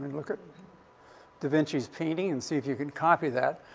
look at da vinci's painting and see if you can copy that.